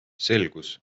selgus